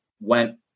went